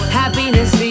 happiness